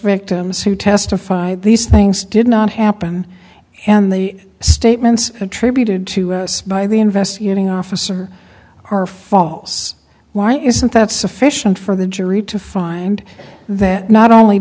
victims who testify these things did not happen and the statements attributed to us by the investigating officer are false why isn't that sufficient for the jury to find that not only